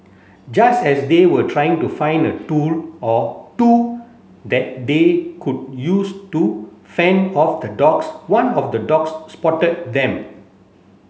just as they were trying to find a tool or two that they could use to fend off the dogs one of the dogs spotted them